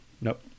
Nope